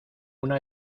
una